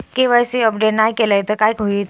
KYC update नाय केलय तर काय होईत?